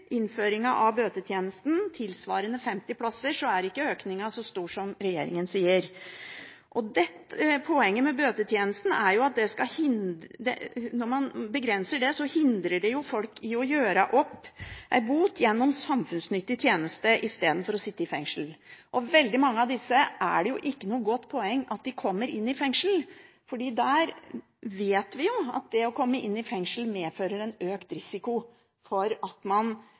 av bøtetjenesten tilsvarende 50 plasser, er ikke økningen så stor som regjeringen sier. Når man begrenser bøtetjenesten, hindrer det folk i å gjøre opp en bot gjennom samfunnsnyttig tjeneste istedenfor å sitte i fengsel, og for veldig mange av disse er det ikke noe godt poeng at de kommer i fengsel, for vi vet at det å komme i fengsel medfører en økt risiko for